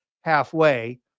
Halfway